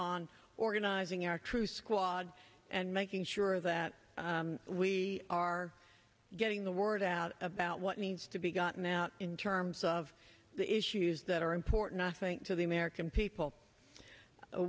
on organizing our truth squad and making sure that we are getting the word out about what needs to be gotten out in terms of the issues that are important i think to the american people